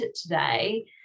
today